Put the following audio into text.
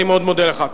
אני מאוד מודה לך.